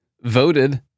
voted